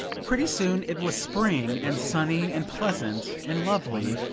pretty soon it was spring, and sunny and pleasant and lovely,